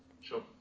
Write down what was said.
Sure